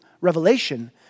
Revelation